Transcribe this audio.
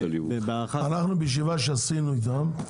בישיבה שעשינו אתם,